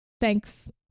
Thanks